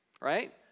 right